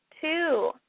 two